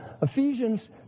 Ephesians